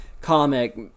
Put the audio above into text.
comic